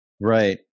Right